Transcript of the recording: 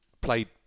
played